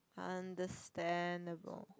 understandable